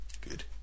good